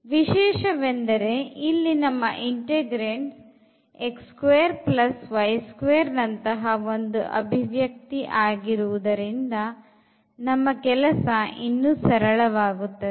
ವಿಶೇಷವೆಂದರೆ ಇಲ್ಲಿ ನಮ್ಮ integrand ನಂತಹ ಒಂದು ಅಭಿವ್ಯಕ್ತಿ ಆಗಿರುವುದರಿಂದ ನಮ್ಮ ಕೆಲಸ ಇನ್ನೂ ಸರಳವಾಗುತ್ತದೆ